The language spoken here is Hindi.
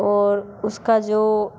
और उसका जो